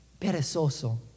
perezoso